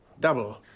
Double